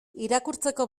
irakurtzeko